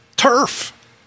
turf